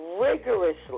rigorously